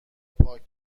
پاک